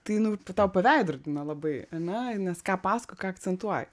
tai nu tau paveidrodina labai ane nes ką pasakoji ką akcentuoji